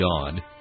God